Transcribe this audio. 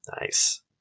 Nice